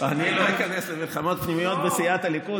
אני לא איכנס למלחמות פנימיות בסיעת הליכוד,